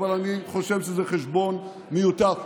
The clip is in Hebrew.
אבל אני חושב שזה חשבון מיותר.